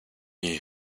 you